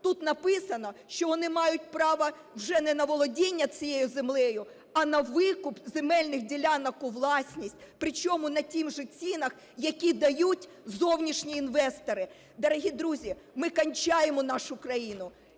Тут написано, що вони мають право вже не на володіння цією землею, а на викуп земельних ділянок у власність, причому по тих же цінах, які дають зовнішні інвестори. Дорогі друзі, ми кінчаємо нашу країну.